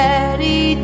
Daddy